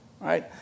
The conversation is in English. right